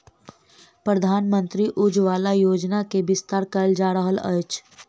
प्रधानमंत्री उज्ज्वला योजना के विस्तार कयल जा रहल अछि